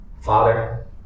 Father